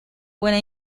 buena